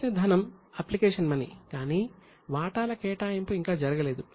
వచ్చిన ధనం application money కానీ వాటాల కేటాయింపు ఇంకా జరగలేదు